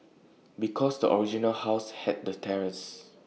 because the original house had A terrace